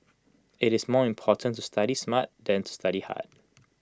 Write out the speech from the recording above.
IT is more important to study smart than to study hard